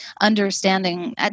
understanding